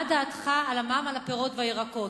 מה דעתך על המע"מ על הפירות והירקות?